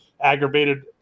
aggravated